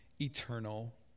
eternal